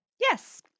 Yes